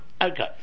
okay